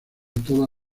toda